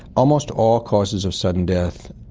almost all causes of sudden death,